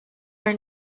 are